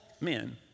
men